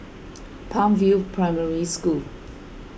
Palm View Primary School